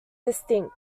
distinct